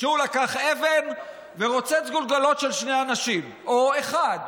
שהוא לקח אבן ורוצץ גולגולות של שני אנשים או אחד,